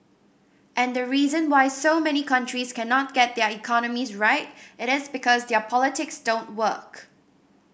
and the reason why so many countries cannot get their economies right it is because their politics don't work